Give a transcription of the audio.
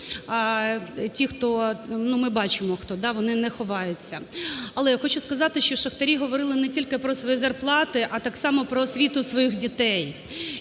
ті, хто, ми бачимо, хто, вони не ховаються. Але я хочу сказати, що шахтарі говорили не тільки про свої зарплати, а так само про освіту своїх дітей.